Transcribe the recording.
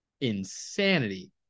insanity